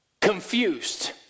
confused